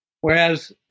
Whereas